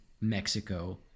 mexico